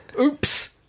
Oops